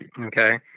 Okay